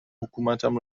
حکومتم